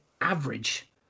average